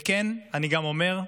וכן, אני גם אומר: